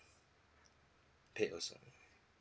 paid also